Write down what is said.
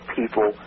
people